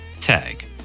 Tag